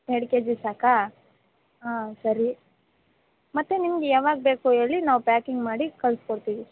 ಎರಡು K G ಸಾಕಾ ಹಾಂ ಸರಿ ಮತ್ತೆ ನಿಮ್ಗೆ ಯಾವಾಗ ಬೇಕು ಹೇಳಿ ನಾವು ಪ್ಯಾಕಿಂಗ್ ಮಾಡಿ ಕಳ್ಸ್ಕೊಡ್ತೀವಿ